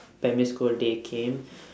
primary school they came